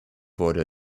wurde